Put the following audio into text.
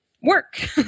work